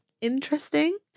interesting